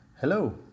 Hello